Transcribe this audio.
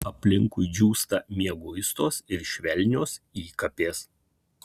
aplinkui džiūsta mieguistos ir švelnios įkapės